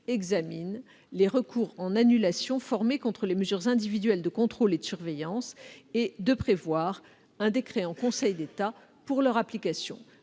examine les recours en annulation formés contre les mesures individuelles de contrôle et de surveillance et de prévoir un décret en Conseil d'État pour leur application.